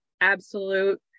absolute